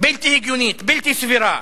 בלתי הגיונית, בלתי סבירה.